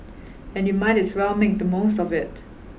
and you might as well make the most of it